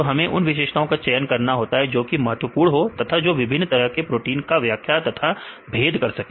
तो हमें उन विशेषताओं का चयन करना होगा जोकि महत्वपूर्ण हो तथा जो विभिन्न तरह के प्रोटीन की व्याख्या तथा भेद कर सके